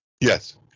Yes